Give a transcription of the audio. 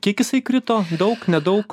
kiek jisai krito daug nedaug